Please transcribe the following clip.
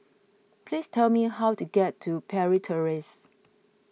please tell me how to get to Parry Terrace